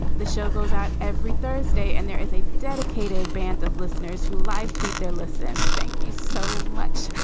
the show goes out every thursday and there is a dedicated band of listeners who live tweet their listen. thank you so much.